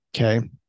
Okay